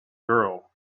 girl